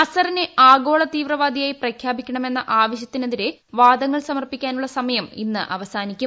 അസറിനെ ആഗോള തീവ്രവാദിയായി പ്രഖ്യാപിക്കണമെന്ന ആവശ്യത്തിനെതിരെ വാദങ്ങൾ സമർപ്പിക്കാനുള്ള സമയം ഇന്ന് അവസാനിക്കും